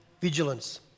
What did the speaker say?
vigilance